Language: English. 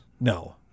No